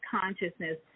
consciousness